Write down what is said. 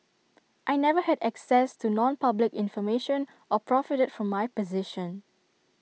I never had access to nonpublic information or profited from my position